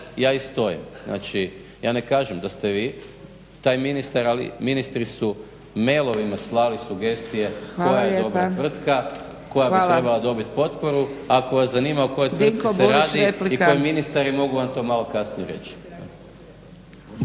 ja i stojim. Znači ja ne kažem da ste vi taj ministar, ali ministri su mailovima slali sugestije koja je dobra tvrtka, koja bi trebala dobit potporu, ako vas zanima o kojoj tvrtci se radi i kao ministar mogu vam to kasnije reći.